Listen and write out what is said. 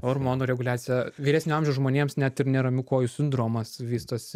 hormonų reguliacija vyresnio amžiaus žmonėms net ir neramių kojų sindromas vystosi